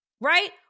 right